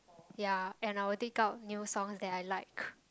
ya and I will dig out new songs that I like